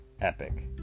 Epic